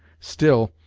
still,